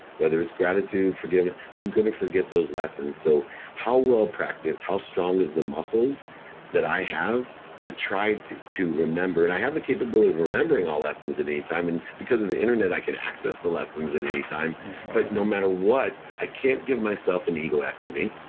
whether it's gratitude, forgiveness. i'm going to forget those lessons. so how well practice, how strong is the muscles that i have to try to to remember. and i have the capability of remembering all the lessons at any time and because of the internet, i can access the lessons at any time but no matter what, i can't give myself an egoectomy.